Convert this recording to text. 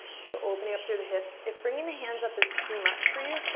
so opening up through the hips. if bringing the hands up is too much for you,